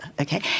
okay